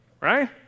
Right